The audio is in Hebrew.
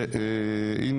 הינה,